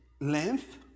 length